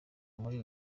muri